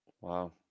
wow